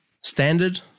standard